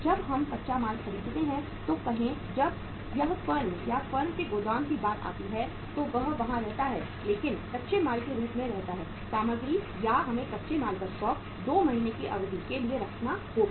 जब हम कच्चा माल खरीदते हैं तो कहें जब यह फर्म या फर्म के गोदाम की बात आती है तो वह वहां रहता है लेकिन कच्चे के रूप में रहता है सामग्री या हमें कच्चे माल का स्टॉक 2 महीने की अवधि के लिए रखना होगा